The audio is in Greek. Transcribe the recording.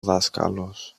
δάσκαλος